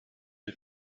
der